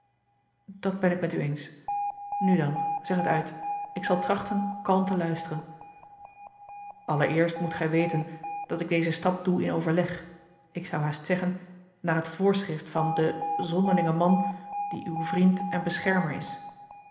dat ben ik met u eens nu dan zeg het uit ik zal trachten kalm te luisteren allereerst moet gij weten dat ik dezen stap doe in overleg ik zou haast zeggen naar het voorschrift van den zonderlingen man die uw vriend en beschermer is